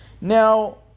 Now